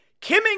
Kimming